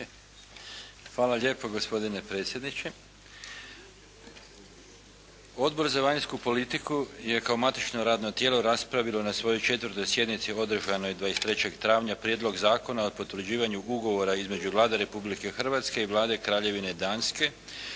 Hvala lijepo gospodine predsjedniče. Odbor za vanjsku politiku je kao matično radno tijelo raspravilo na svojoj 4. sjednici održanoj 23. travnja Prijedlog zakona o potvrđivanju Ugovora između Vlade Republike Hrvatske i Vlade Kraljevine Danske